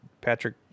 Patrick